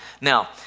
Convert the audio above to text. now